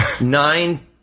Nine